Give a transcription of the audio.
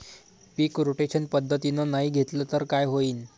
पीक rotation पद्धतीनं नाही घेतलं तर काय होईन?